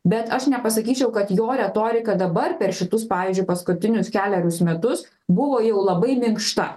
bet aš nepasakyčiau kad jo retorika dabar per šitus pavyzdžiui paskutinius kelerius metus buvo jau labai minkšta